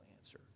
answer